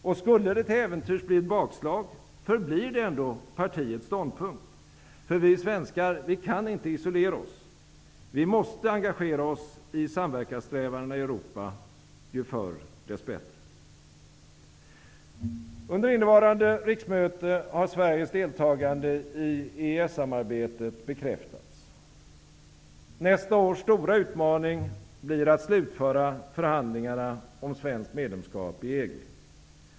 Och skulle det till äventyrs bli ett bakslag, förblir det ändå partiets ståndpunkt. För vi svenskar kan inte isolera oss. Vi måste engagera oss i samverkanssträvandena i Europa -- ju förr dess bättre. Under innevarande riksmöte har Sveriges deltagande i EES-samarbetet bekräftats. Nästa års stora utmaning blir att slutföra förhandlingarna om svenskt medlemskap i EG.